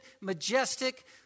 majestic